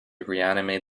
reanimate